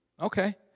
Okay